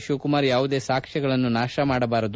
ಶಿವಕುಮಾರ್ ಯಾವುದೇ ಸಾಕ್ಷ್ಯಗಳನ್ನು ನಾಶ ಮಾಡಬಾರದು